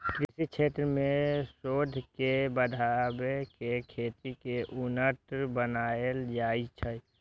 कृषि क्षेत्र मे शोध के बढ़ा कें खेती कें उन्नत बनाएल जाइ छै